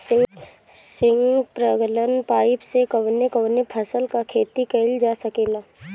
Sprinkler pipe से कवने कवने फसल क खेती कइल जा सकेला?